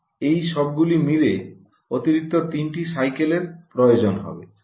এই সবগুলি মিলে অতিরিক্ত 3 টি সাইকেলের প্রয়োজন হবে